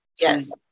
Yes